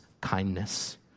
kindness